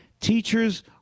Teachers